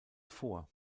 vor